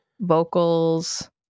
vocals